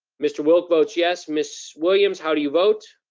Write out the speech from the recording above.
mr. wilk votes yes. miss williams, how do you vote?